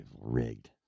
Rigged